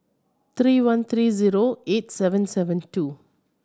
three one three zero eight seven seven two